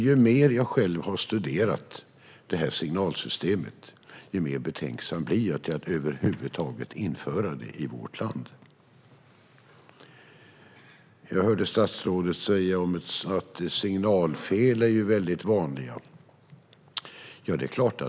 Ju mer jag själv har studerat det här signalsystemet, desto mer betänksam blir jag till att över huvud taget införa det i vårt land. Jag hörde statsrådet säga att signalfel är väldigt vanliga. Det är klart.